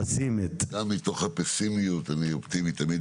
גם מתוך הפסימיות אני אופטימי תמיד.